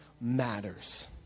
matters